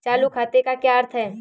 चालू खाते का क्या अर्थ है?